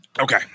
Okay